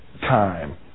time